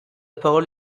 parole